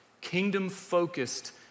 kingdom-focused